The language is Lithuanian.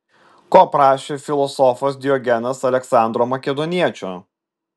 ko prašė filosofas diogenas aleksandro makedoniečio